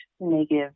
negative